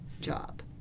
job